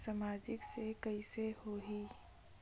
सामाजिक से कइसे होही?